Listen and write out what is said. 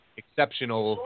exceptional